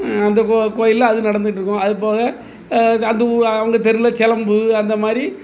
அந்த கோ கோவில்ல அது நடந்துட்டு இருக்கும் அது போக ச அந்த ஊர் அவங்க தெருவில் சிலம்பு அந்த மாதிரி